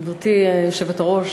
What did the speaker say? גברתי היושבת-ראש,